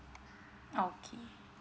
okay